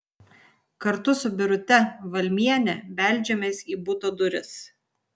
kartu su birute valmiene beldžiamės į buto duris